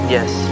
Yes